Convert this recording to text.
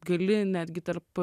gali netgi tarp